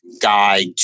guide